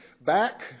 back